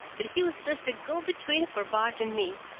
but he was just a go-between for bart and me.